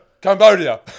Cambodia